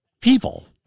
people